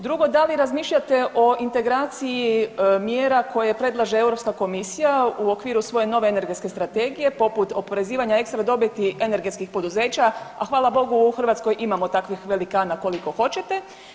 Drugo, da li razmišljate o integraciji mjera koje predlaže Europska komisija u okviru svoje nove Energetske strategije poput oporezivanja ekstra dobiti energetskih poduzeća, a hvala Bogu u Hrvatskoj imamo takvih velikana koliko hoćete?